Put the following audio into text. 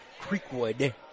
Creekwood